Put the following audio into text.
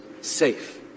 safe